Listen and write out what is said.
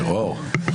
אני